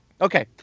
Okay